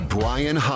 Brian